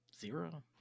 Zero